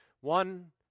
One